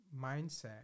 mindset